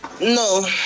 No